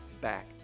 back